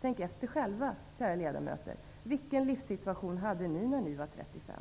Tänk efter själva, kära ledamöter, vilken livssituation var ni i när ni var 35?